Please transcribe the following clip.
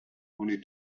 only